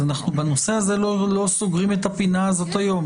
אז בנושא הזה אנחנו לא סוגרים את הפינה הזאת היום.